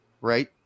right